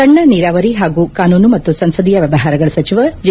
ಸಣ್ಣ ನೀರಾವರಿ ಪಾಗೂ ಕಾನೂನು ಮತ್ತು ಸಂಸದೀಯ ವ್ಯವಹಾರಗಳ ಸಚಿವ ಜೆ